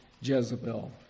Jezebel